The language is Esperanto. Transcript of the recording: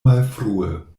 malfrue